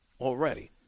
already